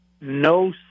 no